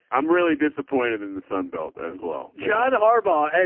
i'm really disappointed in the sunbelt as well. john harbaugh. and